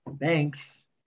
thanks